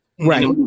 Right